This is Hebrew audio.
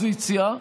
שלושה לאופוזיציה,